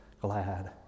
glad